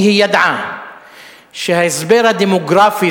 כי היא ידעה שההסבר הדמוגרפי,